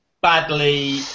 badly